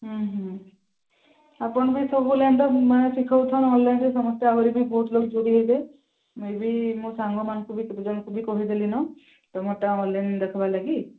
ହୁଁ ହୁଁ ଆପଣ ବି ସବୁବେଳେ ତ ମାନେ ଶିଖଉଛନ୍ତି ଅନଲାଇନ୍ରେ ସମସ୍ତେ ଆହୁରି ବି ବହୁତ ଲୋକ ଜୋଡ଼ି ହେବେ ମୁଁ ବି ମୋ ସାଙ୍ଗମାନଙ୍କୁ ବି କେତେଜଣଙ୍କୁ ବି କହିଦେଲିଣି ନା ତୁମର ଅନଲାଇନ୍ ଦେଖିବା ଲାଗି